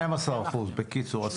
11%, בקיצור.